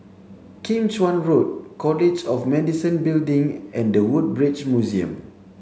Kim Chuan Road College of Medicine Building and the Woodbridge Museum